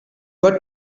what